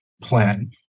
plan